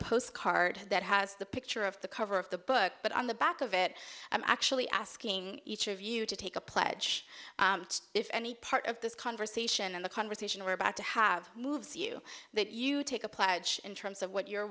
postcard that has the picture of the cover of the book but on the back of it i'm actually asking each of you to take a pledge if any part of this conversation and the conversation we're about to have moves you that you take a pledge in terms of what you're